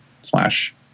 slash